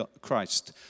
Christ